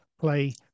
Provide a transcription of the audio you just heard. play